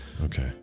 Okay